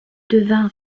devint